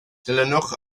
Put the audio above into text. dilynwch